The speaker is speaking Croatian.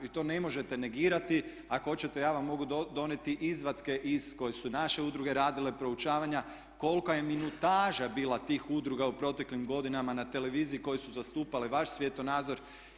I to ne možete negirati, ako hoćete ja vam mogu donijeti izvatke koje su naše udruge radile, proučavanja kolika je minutaža bila tih udruga u proteklim godinama na televiziji koje su zastupale vaš svjetonazor.